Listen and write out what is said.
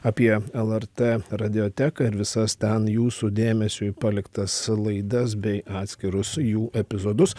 apie lrt radioteką ir visas ten jūsų dėmesiui paliktas laidas bei atskirus jų epizodus